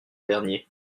dernier